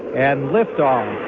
and liftoff.